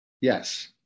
Yes